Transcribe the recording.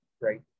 right